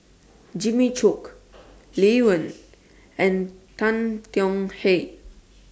Jimmy Chok Lee Wen and Tan Tong Hye